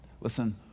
listen